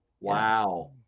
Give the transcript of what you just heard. wow